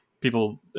People